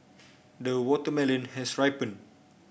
the watermelon has ripened